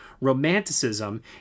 romanticism